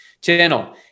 channel